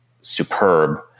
superb